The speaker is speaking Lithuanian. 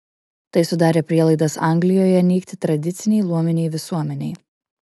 tai sudarė prielaidas anglijoje nykti tradicinei luominei visuomenei